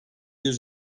yüz